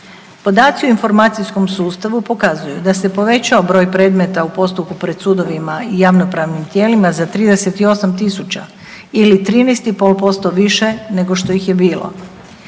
Podaci u informacijskom sustavu pokazuju da se povećao broj predmeta u postupku pred sudovima i javnopravnim tijelima za 38.000 ili 13,5% više nego što ih je bilo,